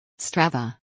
Strava